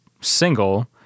single